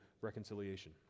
reconciliation